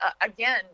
again